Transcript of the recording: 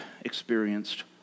experienced